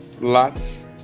lots